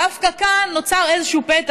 דווקא כאן נוצר איזשהו פתח,